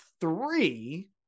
three